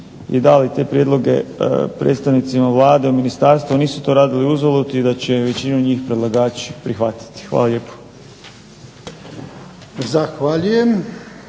i dali te prijedloge predstavnicima Vlade, ministarstvu nisu to radili uzalud i da će većinu njih predlagač prihvatiti. Hvala lijepo. **Jarnjak,